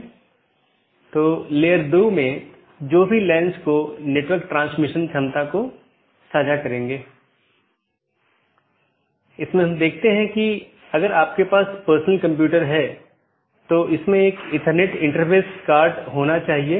इसका मतलब है कि मार्ग इन कई AS द्वारा परिभाषित है जोकि AS की विशेषता सेट द्वारा परिभाषित किया जाता है और इस विशेषता मूल्यों का उपयोग दिए गए AS की नीति के आधार पर इष्टतम पथ खोजने के लिए किया जाता है